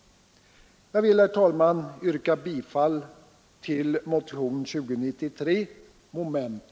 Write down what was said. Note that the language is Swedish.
Herr talman! Jag yrkar bifall till motionen 2093, mom. 7.